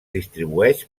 distribueix